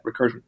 Recursion